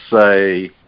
say